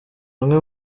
amwe